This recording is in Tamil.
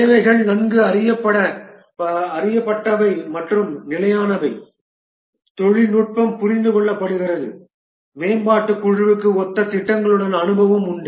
தேவைகள் நன்கு அறியப்பட்டவை மற்றும் நிலையானவை தொழில்நுட்பம் புரிந்து கொள்ளப்படுகிறது மேம்பாட்டுக் குழுவுக்கு ஒத்த திட்டங்களுடன் அனுபவம் உண்டு